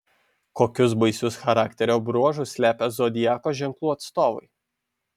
kokius baisius charakterio bruožus slepia zodiako ženklų atstovai